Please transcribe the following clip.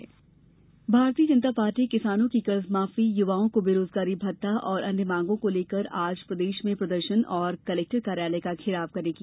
घंटानाद भारतीय जनता पार्टी किसानों की कर्जमाफी युवाओं को बेरोजगारी भत्ता और अन्य मांगों को लेकर आज प्रदेश में प्रदर्शन और कलेक्टर कार्यालय का घेराव करेगी